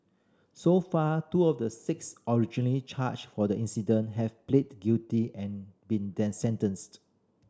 so far two of the six originally charged for the incident have pleaded guilty and been sentenced